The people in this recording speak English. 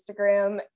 Instagram